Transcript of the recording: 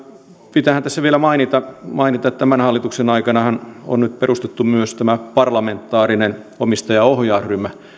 pitäähän tässä vielä mainita että tämän hallituksen aikanahan on nyt perustettu myös tämä parlamentaarinen omistajaohjausryhmä missä